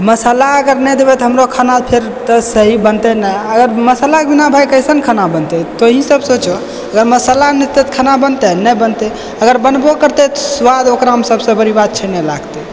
मसाला अगर नहि देवै तऽ खाना फेर सही बनतै नहि अगर मसालाके बिना भाय केहन खाना बनतै तोंहि सब सोचऽ अगर मसाला नहि दिऔ तऽ खाना बनतै नहि बनतै अगर बनबो करतै तऽ स्वाद ओकरामे सभसँ बड़ी बात छै नहि लागतै